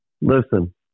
Listen